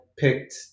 Picked